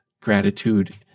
gratitude